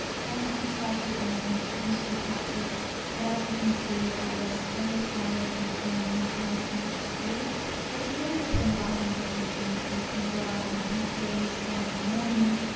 then i started on my ancient history chapters but as you can see, i was very tired and very not motivated to do it it's a really good thing about home education that you can go out on the weekdays or in the mornings,